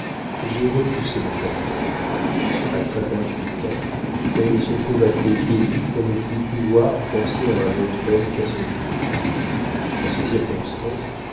j'ai repoussé dans sa tête a cinquante-huit ans elle se trouve assez vieillie pour ne plus pouvoir penser à un autre homme qu'à son fils en ces circonstances